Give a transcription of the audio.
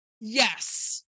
yes